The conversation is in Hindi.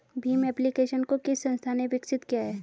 भीम एप्लिकेशन को किस संस्था ने विकसित किया है?